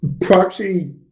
Proxy